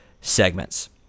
segments